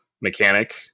mechanic